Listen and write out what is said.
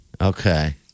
Okay